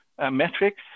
metrics